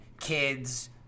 kids